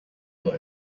world